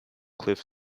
cliff